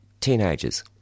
teenagers